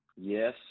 Yes